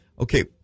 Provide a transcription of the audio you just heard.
Okay